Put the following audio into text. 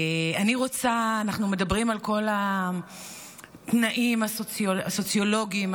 אנחנו מדברים על כל התנאים הסוציאליים,